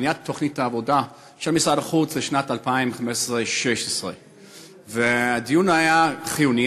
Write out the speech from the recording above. בניית תוכנית העבודה של משרד החוץ לשנת 2016/2015. הדיון היה חיוני.